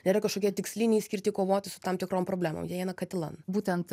yra kažkokie tiksliniai skirti kovoti su tam tikrom problemom jie eina katilan būtent